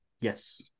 Yes